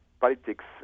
politics